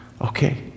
Okay